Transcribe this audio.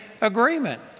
agreement